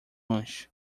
lanche